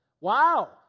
Wow